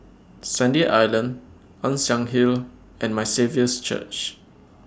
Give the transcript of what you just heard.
Sandy Island Ann Siang Hill and My Saviour's Church